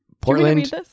Portland